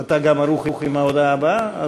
אתה גם ערוך עם ההודעה הבאה?